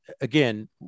again